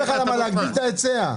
כדי להגדיל את ההיצע.